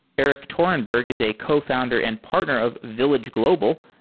erik torenberg is a cofounder and partner of village global,